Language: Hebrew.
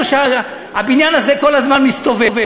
או שהבניין הזה כל הזמן מסתובב?